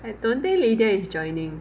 I don't think lydia is joining